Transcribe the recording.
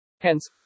Hence